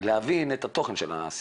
להבין את התוכן של השיחה.